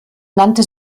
nannte